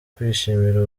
kwishimira